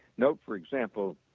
note for example,